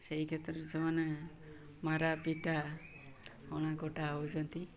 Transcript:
ସେଇ କ୍ଷେତ୍ରରେ ସେମାନେ ମାରାପିଟା ହଣାକଟା ହେଉଛନ୍ତି